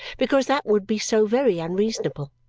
because that would be so very unreasonable.